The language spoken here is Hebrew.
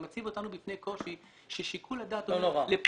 אתה מציב אותנו בפני קושי ששיקול הדעת לפלוני,